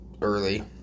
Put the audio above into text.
early